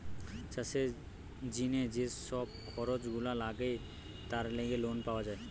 চাষের জিনে যে সব খরচ গুলা লাগে তার লেগে লোন পাওয়া যায়